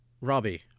Robbie